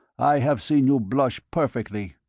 i have seen you blush perfectly.